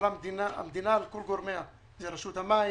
על המדינה וכל גורמיה, שזה רשות המים,